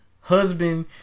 husband